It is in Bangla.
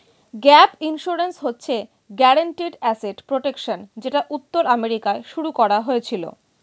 গ্যাপ ইন্সুরেন্স হচ্ছে গ্যারিন্টিড অ্যাসেট প্রটেকশন যেটা উত্তর আমেরিকায় শুরু করা হয়েছিল